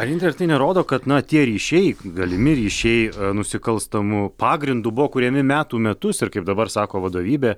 ar jum dar tai nerodo kad na tie ryšiai galimi ryšiai nusikalstamu pagrindu buvo kuriami metų metus ir kaip dabar sako vadovybė